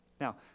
Now